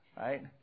right